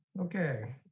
Okay